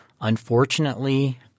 unfortunately